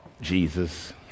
Jesus